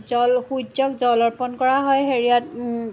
জল সূৰ্যক জল অৰ্পণ কৰা হয় হেৰিয়াত